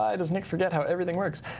ah does nick forget how everything works?